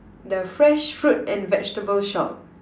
the fresh fruit and vegetables shop